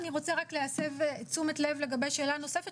אני רוצה רק להסב תשומת לב לגבי שאלה נוספת